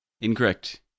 Incorrect